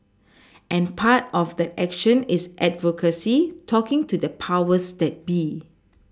and part of that action is advocacy talking to the powers that be